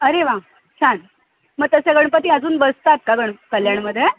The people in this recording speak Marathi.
अरे वा छान मग तसे गणपती अजून बसतात का गण कल्याणमध्ये